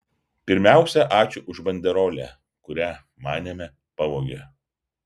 pirmiausia ačiū už banderolę kurią manėme pavogė